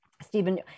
Stephen